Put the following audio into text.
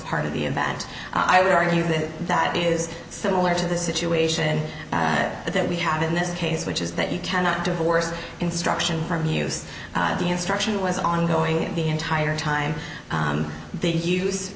part of the event i would argue that that is similar to the situation that we have in this case which is that you cannot divorce instruction from use the instruction was ongoing and the entire time they use